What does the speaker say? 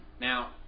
Now